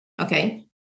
Okay